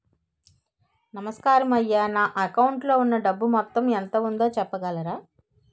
నమస్కారం అయ్యా నా అకౌంట్ లో ఉన్నా డబ్బు మొత్తం ఎంత ఉందో చెప్పగలరా?